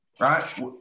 right